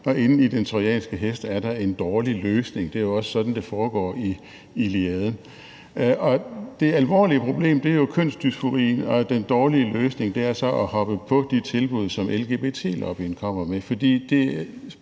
og inde i den trojanske hest er der en dårlig løsning – det er jo også sådan, det foregår i »Iliaden«. Det alvorlige problem er jo køndysforien, og den dårlige løsning er så at hoppe på de tilbud, som lgbt-lobbyen kommer med,